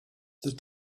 the